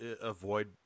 avoid